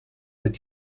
mit